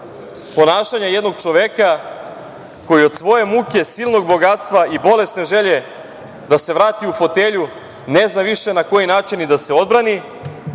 ponašanja jednog čoveka koji od svoje muke, silnog bogatstva i bolesne želje da se vrati u fotelju ne zna više na koji način da se odbrani,